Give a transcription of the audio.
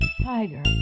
Tiger